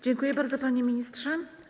Dziękuję bardzo, panie ministrze.